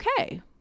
okay